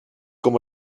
com